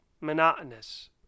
monotonous